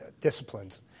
disciplines